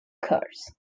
cars